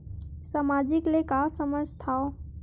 सामाजिक ले का समझ थाव?